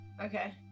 Okay